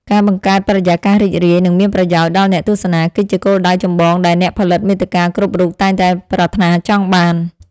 ការបង្កើតបរិយាកាសរីករាយ និងមានប្រយោជន៍ដល់អ្នកទស្សនា គឺជាគោលដៅចម្បងដែលអ្នកផលិតមាតិកាគ្រប់រូបតែងតែប្រាថ្នាចង់បាន។